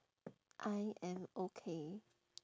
I am okay